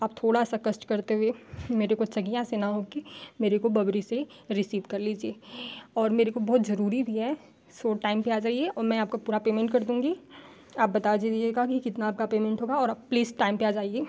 आप थोड़ा सा कष्ट करते हुए मेरे को चकियाँ से ना होकर मेरे को बबरी से रिसीव कर लीजिए और मेरे को बहुत ज़रूरी भी है सो टाइम पर आ जाइए और मैं आपका पूरा पेमेंट कर दूँगी आप बता जीजिएगा कि कितना आपका पेमेंट होगा और आप प्लीज़ टाइम पर आ जाइए